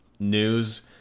news